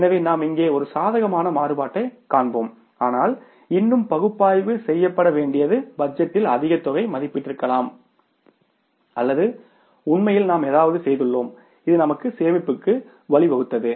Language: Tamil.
எனவே நாம் இங்கே ஒரு சாதகமான மாறுபாட்டைக் கண்டோம் ஆனால் இன்னும் பகுப்பாய்வு செய்யப்பட வேண்டியது பட்ஜெட்டில் அதிக தொகையை மதிப்பிட்டிருக்கலாம் அல்லது உண்மையில் நாம் ஏதாவது செய்துள்ளோம் இது நமக்கு சேமிப்புக்கு வழிவகுத்தது